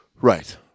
Right